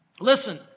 Listen